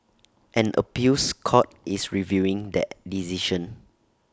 an appeals court is reviewing that decision